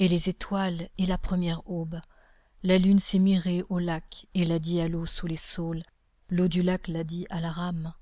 et les étoiles et la première aube la lune s'est mirée au lac et l'a dit à l'eau sous les saules l'eau du lac l'a dit à la rame